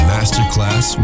Masterclass